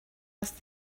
asked